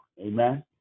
Amen